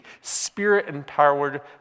spirit-empowered